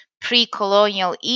pre-colonial